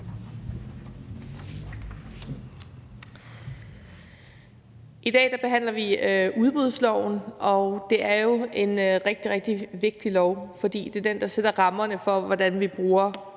I dag behandler vi udbudsloven, og det er jo en rigtig, rigtig vigtig lov, fordi det er den, der sætter rammerne for, hvordan vi bruger